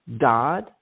God